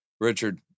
Richard